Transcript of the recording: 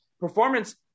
Performance